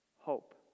hope